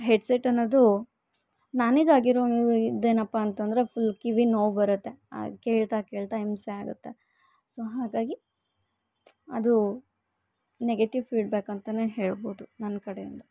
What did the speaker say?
head set ಅನ್ನೋದು ನನಗೆ ಆಗಿರೋದೇನಪ್ಪ ಅಂತಂದ್ರೆ ಫುಲ್ ಕಿವಿ ನೋವು ಬರುತ್ತೆ ಅದು ಕೇಳ್ತಾ ಕೇಳ್ತಾ ಹಿಂಸೆ ಆಗುತ್ತೆ ಸೊ ಹಾಗಾಗಿ ಅದು ನೆಗೆಟಿವ್ ಫೀಡ್ ಬ್ಯಾಕ್ ಅಂತಲೇ ಹೇಳ್ಬೋದು ನನ್ನ ಕಡೆಯಿಂದ